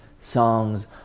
songs